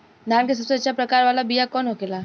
धान के सबसे अच्छा प्रकार वाला बीया कौन होखेला?